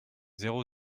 zéro